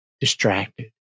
distracted